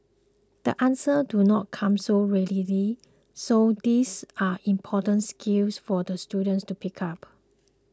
the answers do not come so readily so these are important skills for the students to pick up